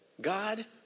God